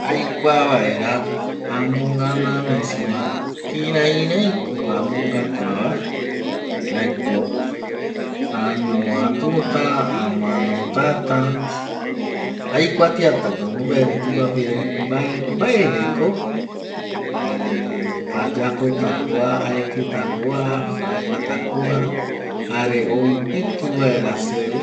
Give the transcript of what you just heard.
Aikua vaera amogana misi va kirai rai ko amo gasta va jaeko, añovatu ta, amoanota ta, aikuatia ta ko mopeti tupapire mbae mbae re ko eh ayapota kua, aekita kua, aguata kua jare oupiti vaera seve